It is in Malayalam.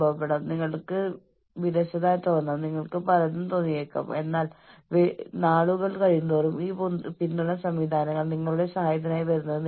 അല്ലെങ്കിൽ കമ്പനി അവർക്ക് ബോണസ് നിഷേധിച്ചുവെന്ന് നിങ്ങളുടെ സഹപ്രവർത്തകർ കണ്ടെത്തുമ്പോൾ അവർ എന്ത് പറയും എന്നതിനെക്കുറിച്ച് നിങ്ങൾക്ക് സമ്മർദമുണ്ടാകാം